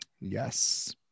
yes